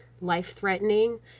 life-threatening